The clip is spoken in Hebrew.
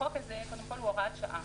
החוק הזה הוא הוראת שעה.